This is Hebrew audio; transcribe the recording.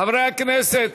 חברי הכנסת,